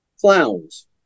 Clowns